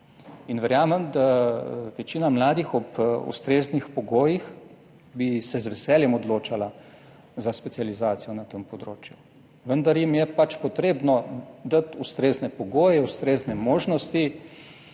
In verjamem, da bi se večina mladih ob ustreznih pogojih z veseljem odločala za specializacijo na tem področju, vendar jim je pač treba dati ustrezne pogoje, ustrezne možnosti,